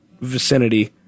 vicinity